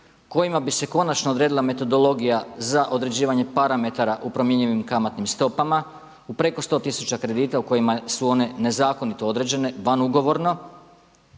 kojima bi se končano odredila metodologija za određivanje parametara u promjenjivim kamatnim stopama u preko 100 tisuća kredita u kojima su one nezakonito određene, van ugovorno.